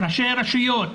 ראשי רשויות,